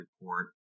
report